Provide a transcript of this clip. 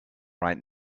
right